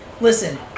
Listen